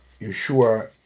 Yeshua